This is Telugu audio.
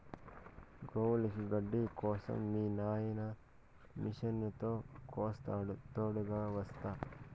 గోవులకి గడ్డి కోసం మీ నాయిన మిషనుతో కోస్తాడా తోడుగ వస్తా